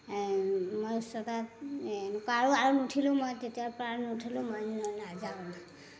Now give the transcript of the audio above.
মই উচ্চতাত এই এনেকুৱা আৰু নুঠিলোঁ মই তেতিয়াৰপৰা নুঠিলোঁ মই নাযাওঁৱে